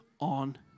on